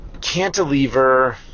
cantilever